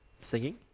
singing